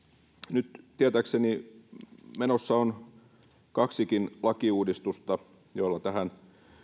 nyt tietääkseni menossa on kaksikin lakiuudistusta joilla tähän